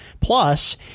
Plus